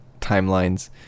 timelines